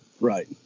Right